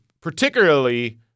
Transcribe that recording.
particularly